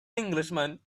englishman